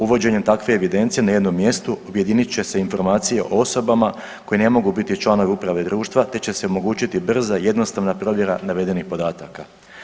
Uvođenjem takve evidencije na jednom mjestu objedinit će se informacije o osobama koje ne mogu biti članovi uprave društva te će se omogućiti brza i jednostavna provjera navedenih podataka.